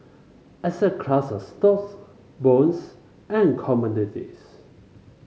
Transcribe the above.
asset classes stocks bonds and commodities